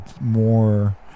more